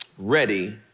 Ready